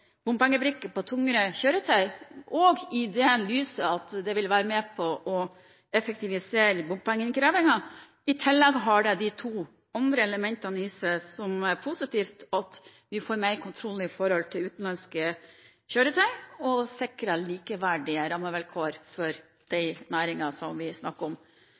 bompengebrikke for tyngre kjøretøy – også sett i lys av at det vil være med på å effektivisere bompengeinnkrevingen. I tillegg har det to andre positive elementer ved seg – at vi får mer kontroll med utenlandske kjøretøy, og at vi sikrer likeverdige rammevilkår for den næringen som vi snakker om.